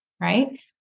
right